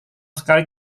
sekali